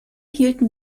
hielten